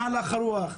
מה הלך הרוח,